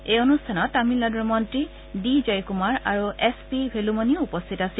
এই অনুষ্ঠানত তামিলনাডুৰ মন্ত্ৰী ডি জয়কুমাৰ আৰু এছ পি ভেলুমণি উপস্থিত আছিল